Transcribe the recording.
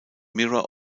mirror